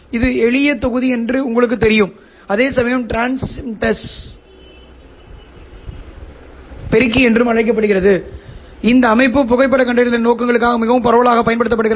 இது ஒரு எளிய தொகுதி என்று உங்களுக்குத் தெரியும் அதேசமயம் இது டிரான்சிம்பெடென்ஸ் பெருக்கி என்று அழைக்கப்படுகிறது இந்த அமைப்பு புகைப்படக் கண்டறிதல் நோக்கங்களுக்காக மிகவும் பரவலாகப் பயன்படுத்தப்படுகிறது